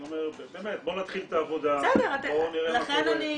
בואו נתחיל את העבודה ונראה מה קורה,